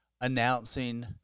announcing